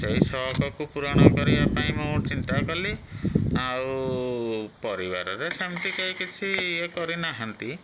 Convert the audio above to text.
ସେଇ ସଉକକୁ ପୂରଣ କରିବା ପାଇଁ ମୁଁ ଚିନ୍ତା କଲି ଆଉ ପରିବାରରେ ସେମିତି କେହି କିଛି ଇଏ କରିନାହାଁନ୍ତି